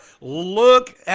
Look